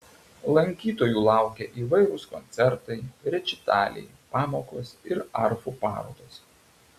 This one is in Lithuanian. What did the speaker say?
lankytojų laukia įvairūs koncertai rečitaliai pamokos ir arfų parodos